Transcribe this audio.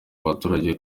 abaturage